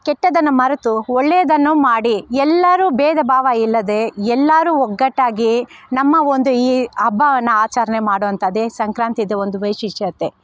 ಕೆಟ್ಟದನ್ನ್ನು ಮರೆತು ಒಳ್ಳೆಯದನ್ನು ಮಾಡಿ ಎಲ್ಲರೂ ಭೇದ ಭಾವ ಇಲ್ಲದೆ ಎಲ್ಲರೂ ಒಗ್ಗಟ್ಟಾಗಿ ನಮ್ಮ ಒಂದು ಈ ಹಬ್ಬವನ್ನ ಆಚರ್ಣೆ ಮಾಡುವಂಥದ್ದೇ ಸಂಕ್ರಾಂತಿದು ಒಂದು ವಿಶಿಷ್ಟತೆ